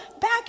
back